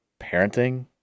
Parenting